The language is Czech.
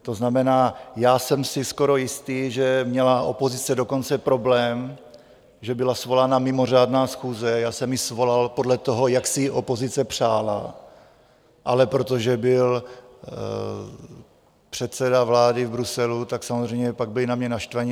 To znamená, já jsem si skoro jistý, že měla opozice dokonce problém, že byla svolána mimořádná schůze já jsem ji svolal podle toho, jak si ji opozice přála, ale protože byl předseda vlády v Bruselu, tak samozřejmě pak byli na mě naštvaní.